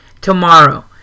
tomorrow